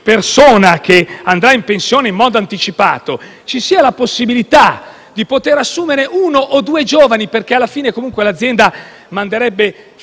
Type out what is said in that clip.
persona che andrà in pensione in modo anticipato, sia possibile assumere uno o due giovani, perché alla fine comunque l'azienda manderebbe